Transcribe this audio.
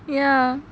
ya